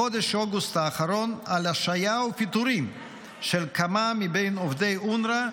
בחודש אוגוסט האחרון על השהייה ופיטורים של כמה מבין עובדי אונר"א,